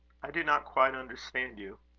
i do not quite understand you.